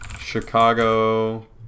Chicago